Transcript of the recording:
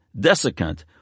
desiccant